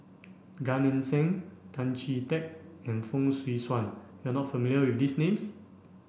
Gan Eng Seng Tan Chee Teck and Fong Swee Suan you are not familiar with these names